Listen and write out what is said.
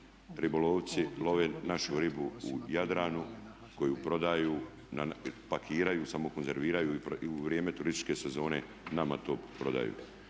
ribolovci love našu ribu u Jadranu koju prodaju, pakiraju, samo konzerviraju i u vrijeme turističke sezone nama to prodaju.